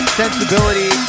sensibility